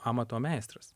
amato meistras